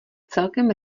celkem